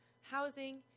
housing